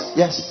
yes